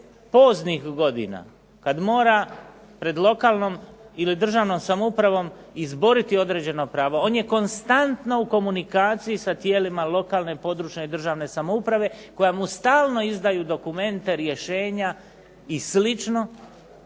poznih godina kada mora pred lokalnom ili državnom samoupravom izboriti određeno pravo, on je konstantno u komunikaciji sa tijelima lokalne, područne i državne samouprave koja mu stalno izdaju dokumente, rješenja i